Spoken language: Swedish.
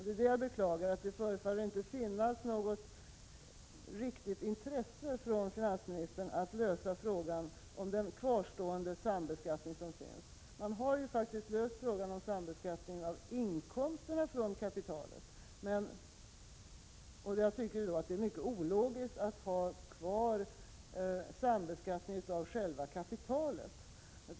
Det är det jag beklagar, att det förefaller inte finnas något riktigt intresse hos finansministern att lösa frågan om den sambeskattning som fortfarande finns kvar. Man har ju löst frågan om sambeskattningen av inkomster från kapital, och jag tycker då att det är mycket ologiskt att ha kvar sambeskattningen av själva kapitalet.